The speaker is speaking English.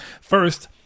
First